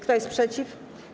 Kto jest przeciw?